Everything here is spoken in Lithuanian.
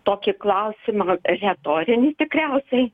tokį klausimą retorinį tikriausiai